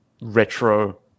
retro